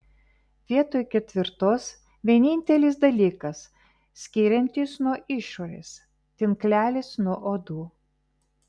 vietoj ketvirtos vienintelis dalykas skiriantis nuo išorės tinklelis nuo uodų